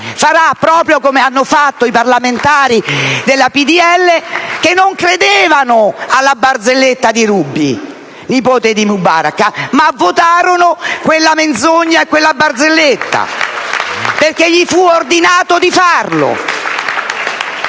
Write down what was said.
Farà proprio come hanno fatto i parlamentari del PdL, che non credevano alla barzelletta di Ruby nipote di Mubarak, ma votarono quella menzogna e quella barzelletta perché fu loro ordinato di farlo!